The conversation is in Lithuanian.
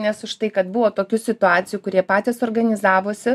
nes už tai kad buvo tokių situacijų kurie patys organizavosi